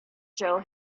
joe